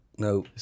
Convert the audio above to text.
No